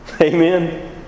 Amen